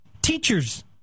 Teachers